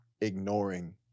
ignoring